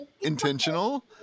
intentional